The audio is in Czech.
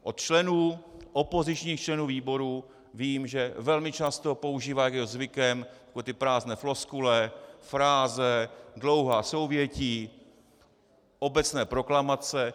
Od opozičních členů výboru vím, že velmi často používá, jak je jeho zvykem, takové ty prázdné floskule, fráze, dlouhá souvětí, obecné proklamace.